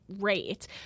rate